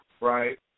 right